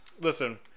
Listen